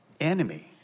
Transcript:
enemy